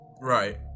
right